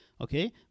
okay